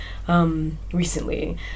Recently